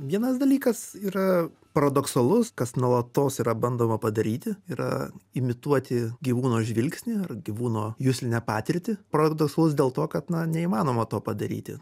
vienas dalykas yra paradoksalus kas nuolatos yra bandoma padaryti yra imituoti gyvūno žvilgsnį ar gyvūno juslinę patirtį paradoksalus dėl to kad na neįmanoma to padaryti